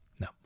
No